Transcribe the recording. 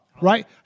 right